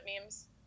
memes